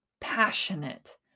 passionate